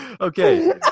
okay